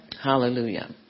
Hallelujah